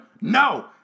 no